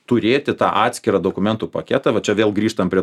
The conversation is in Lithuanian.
turėti tą atskirą dokumentų paketą va čia vėl grįžtam prie